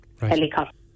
helicopter